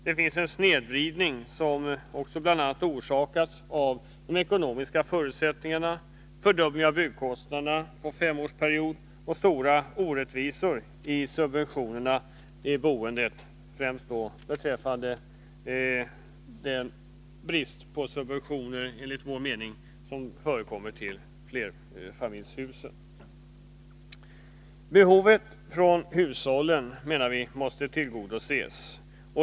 Det finns en snedvridning som orsakas bl.a. av de ekonomiska förutsättningarna, fördubbling av byggkostnaderna på en femårsperiod och stora orättvisor när det gäller subventionerna i boendet, främst då beträffande den brist på subventioner, enligt vår mening, som förekommer när det gäller flerfamiljshusen. Behoven från hushållen menar vi måste tillgodoses.